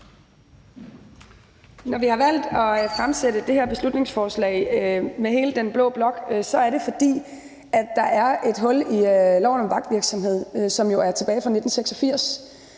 Når vi har valgt at fremsætte det her beslutningsforslag med hele den blå blok, er det, fordi der er et hul i loven om vagtvirksomhed, som jo stammer tilbage fra 1986.